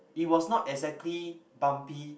it was not exactly bumpy